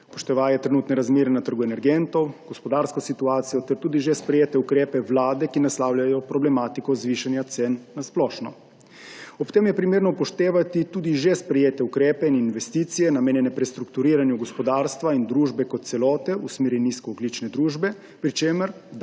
upoštevaje trenutne razmere na trgu energentov, gospodarsko situacijo ter tudi že sprejete ukrepe Vlade, ki naslavljajo problematiko zvišanja cen na splošno. Ob tem je primerno upoštevati tudi že sprejete ukrepe in investicije, namenjene prestrukturiranju gospodarstva in družbe kot celote v smeri nizkoogljične družbe, pri čemer